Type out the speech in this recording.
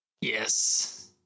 Yes